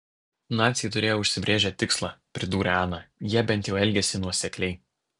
naciai turėjo užsibrėžę tikslą pridūrė ana jie bent jau elgėsi nuosekliai